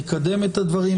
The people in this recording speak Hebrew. נקדם את הדברים,